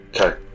okay